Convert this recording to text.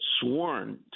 sworn